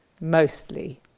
Mostly